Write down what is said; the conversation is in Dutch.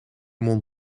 mont